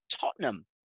Tottenham